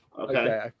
Okay